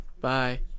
Bye